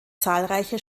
zahlreiche